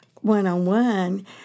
one-on-one